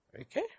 Okay